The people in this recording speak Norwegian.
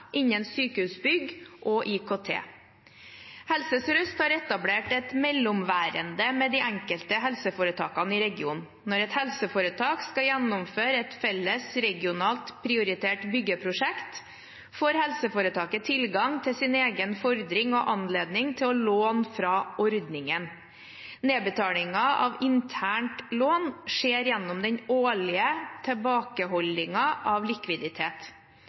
innen sykehusbygg og IKT. Helse Sør-Øst har etablert et mellomværende med de enkelte helseforetakene i regionen. Når et helseforetak skal gjennomføre et felles regionalt prioritert byggeprosjekt, får helseforetaket tilgang til sin egen fordring og anledning til å låne fra ordningen. Nedbetalingen av internt lån skjer gjennom den årlige tilbakeholdingen av likviditet.